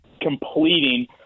completing